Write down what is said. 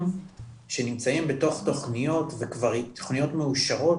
שנמצאים בתוך תכניות וכבר והתכניות מאושרות